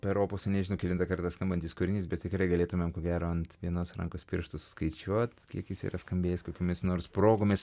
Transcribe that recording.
per opusą nežinau kelintą kartą skambantis kūrinys bet tikrai galėtumėm ko gero ant vienos rankos pirštų suskaičiuot kiek jis yra skambėjęs kokiomis nors progomis